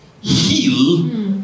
heal